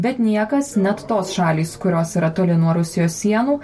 bet niekas net tos šalys kurios yra toli nuo rusijos sienų